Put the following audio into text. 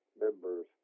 members